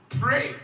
Pray